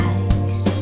ice